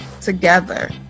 together